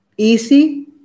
easy